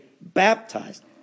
baptized